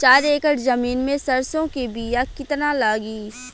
चार एकड़ जमीन में सरसों के बीया कितना लागी?